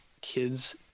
kids